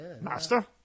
Master